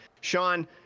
Sean